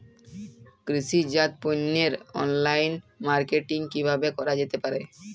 কৃষিজাত পণ্যের online marketing কিভাবে করা যেতে পারে?